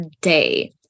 day